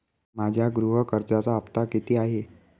माझ्या गृह कर्जाचा हफ्ता किती आहे?